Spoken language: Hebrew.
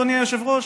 אדוני היושב-ראש?